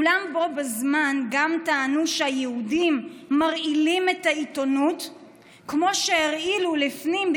אולם בו-בזמן גם טענו שהיהודים מרעילים את העיתונות כמו שהרעילו לפנים,